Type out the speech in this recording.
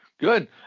Good